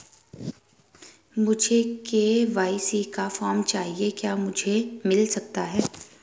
मुझे के.वाई.सी का फॉर्म चाहिए क्या मुझे मिल सकता है?